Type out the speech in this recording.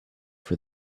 for